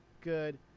good